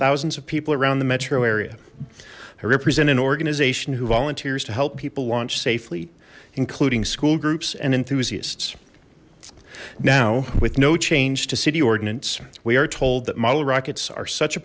thousands of people around the metro area i represent an organization who volunteers to help people launch safely including school groups and enthusiasts now with no change to city ordinance we are told that model rockets are such a